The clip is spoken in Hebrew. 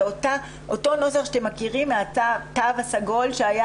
זה אותו נוסח שאתם מכירים מהתו הסגול שהיה